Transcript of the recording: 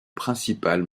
principal